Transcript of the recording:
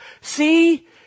See